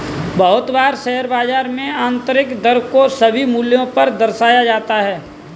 बहुत बार शेयर बाजार में आन्तरिक दर को सभी मूल्यों पर दर्शाया जाता है